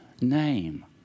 name